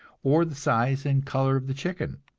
or the size and color of the chicken.